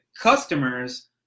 customers